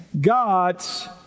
God's